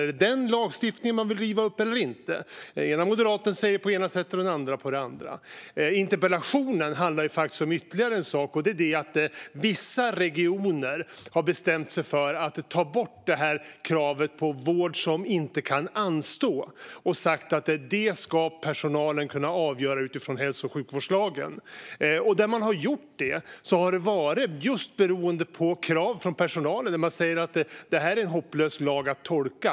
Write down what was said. Är det denna lagstiftning man vill riva upp eller inte? Den ena moderaten säger på ena sättet, och den andra på det andra. Interpellationen handlar om ytterligare en sak, och det är att vissa regioner har bestämt sig för att ta bort kravet på vård som inte kan anstå och sagt att personalen ska kunna avgöra detta utifrån hälso och sjukvårdslagen. Där man har gjort detta har det varit just beroende på krav från personalen, som säger att det här är en hopplös lag att tolka.